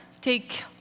take